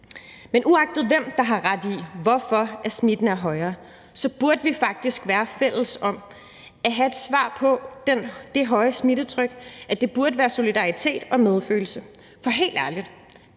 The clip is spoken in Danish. Men uagtet hvem der har ret i, hvorfor smitten er højere, burde vi faktisk være fælles om at have et svar på det høje smittetryk. Det burde være solidaritet og medfølelse. For helt ærligt: